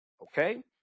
okay